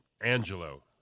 Angelo